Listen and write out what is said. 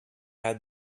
had